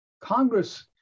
Congress